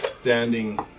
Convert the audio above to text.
standing